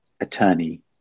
attorney